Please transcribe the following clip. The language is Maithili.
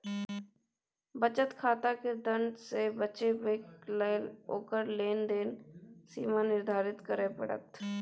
बचत खाताकेँ दण्ड सँ बचेबाक लेल ओकर लेन देनक सीमा निर्धारित करय पड़त